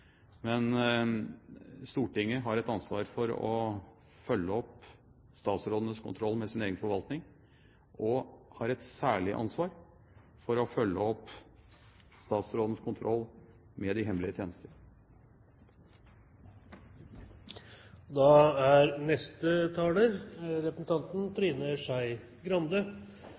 Men Stortinget har et ansvar for å følge opp statsrådenes kontroll med egen forvaltning, og har et særlig ansvar for å følge opp statsrådens kontroll med de hemmelige tjenester.